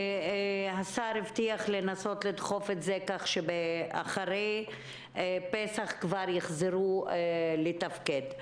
השר הבטיח לנסות לדחוף את זה כך שאחרי הפסח הם יחזרו לתפקד.